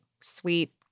Sweet